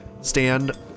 stand